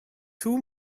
two